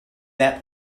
that